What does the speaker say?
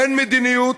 אין מדיניות,